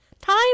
time